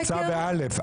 הוצא בא'.